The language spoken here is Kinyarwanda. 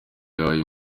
yahaye